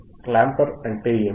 clamper అంటే ఏమిటి